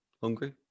Hungry